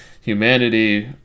humanity